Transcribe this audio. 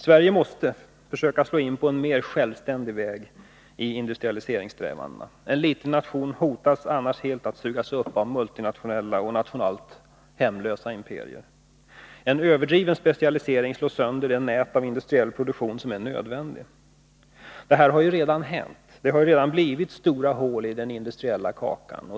Sverige måste slå in på en mer självständig väg i industrialiseringssträvandena. En liten nation hotas annars att helt sugas upp av multinationella och nationellt hemlösa imperier. En överdriven specialisering slår sönder det nät av industriell produktion som är nödvändigt. Detta har redan hänt, det har redan blivit stora hål i den industriella kakan.